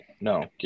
No